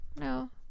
No